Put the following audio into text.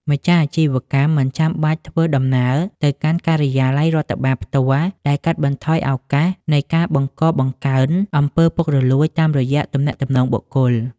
ម្ចាស់អាជីវកម្មមិនចាំបាច់ធ្វើដំណើរទៅកាន់ការិយាល័យរដ្ឋបាលផ្ទាល់ ដែលកាត់បន្ថយឱកាសនៃការបង្កបង្កើន អំពើពុករលួយ តាមរយៈទំនាក់ទំនងបុគ្គល។